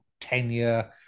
tenure